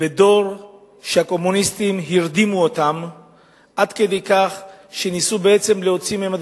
בדור שהקומוניסטים הרדימו עד כדי כך שניסו להוציא מהם,